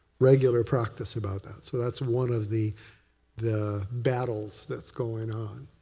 regular practice, about that. so that's one of the the battles that's going on.